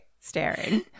Staring